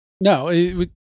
No